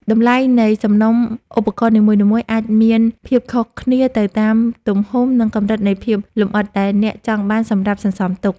តម្លៃនៃសំណុំឧបករណ៍នីមួយៗអាចមានភាពខុសគ្នាទៅតាមទំហំ និងកម្រិតនៃភាពលម្អិតដែលអ្នកចង់បានសម្រាប់សន្សំទុក។